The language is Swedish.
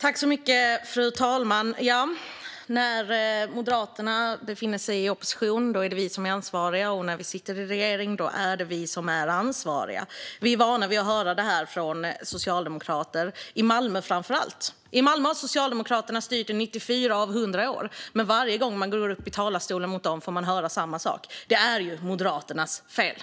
Fru talman! När vi moderater befinner oss i opposition är vi ansvariga, och när vi sitter i regering är vi ansvariga. Vi är vana att höra det från Socialdemokraterna, framför allt i Malmö. Där har Socialdemokraterna styrt i 94 av 100 år, men varje gång vi går upp i talarstolen mot dem får vi höra samma sak: Det är Moderaternas fel.